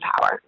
power